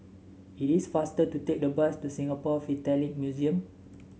it is faster to take the bus to Singapore Philatelic Museum